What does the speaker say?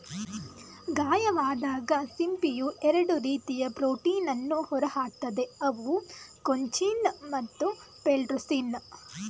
ಗಾಯವಾದಾಗ ಸಿಂಪಿಯು ಎರಡು ರೀತಿಯ ಪ್ರೋಟೀನನ್ನು ಹೊರಹಾಕ್ತದೆ ಅವು ಕೊಂಚಿನ್ ಮತ್ತು ಪೆರ್ಲುಸಿನ್